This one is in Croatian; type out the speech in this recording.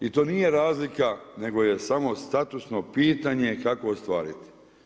I to nije razlika nego je samo statusno pitanje kako ostvariti.